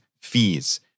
fees